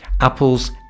Apple's